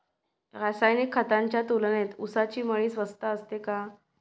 रासायनिक खतांच्या तुलनेत ऊसाची मळी स्वस्त असते का?